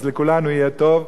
לכולנו יהיה טוב.